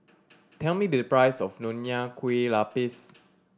tell me the price of Nonya Kueh Lapis